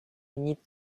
needed